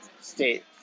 state